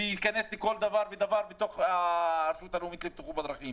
וייכנס לכל דבר ודבר בתוך הרשות הלאומית לבטיחות בדרכים?